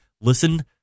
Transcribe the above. listen